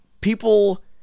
people